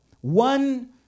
One